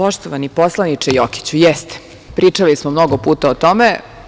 Poštovani poslaniče Jokiću, jeste pričali smo mnogo puta tome.